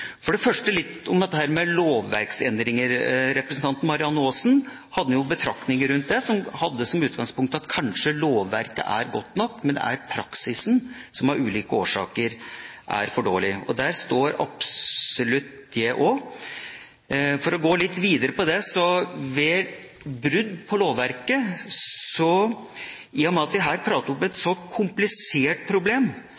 For det første litt om lovverksendringer: Representanten Marianne Aasen hadde noen betraktninger rundt det med at i utgangspunktet er kanskje lovverket godt nok, men at praksisen av ulike årsaker er for dårlig. Der står absolutt jeg også. For å gå litt videre på det: I og med at vi her prater om et så komplisert problem, tror jeg en ved brudd på lovverket i utgangspunktet skal være veldig forsiktig med